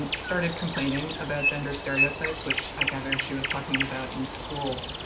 um started complaining about gender stereotypes which i gather she was talking about in school.